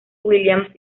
williams